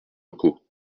locaux